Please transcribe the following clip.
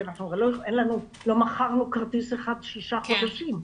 כי לא מכרנו כרטיס אחד שישה חודשים.